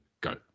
Go